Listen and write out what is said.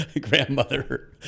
grandmother